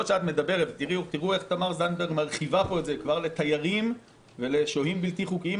תראו איך תמר זנדברג כבר מרחיבה את זה לתיירים ולשוהים בלתי חוקיים.